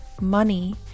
Money